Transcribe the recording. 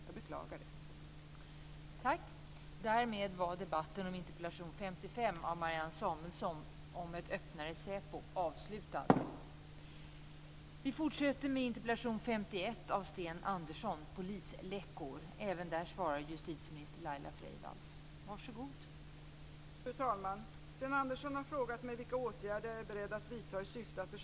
Jag beklagar det.